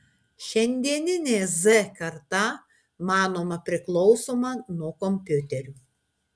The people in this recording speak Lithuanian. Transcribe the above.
šiandieninė z karta manoma priklausoma nuo kompiuterių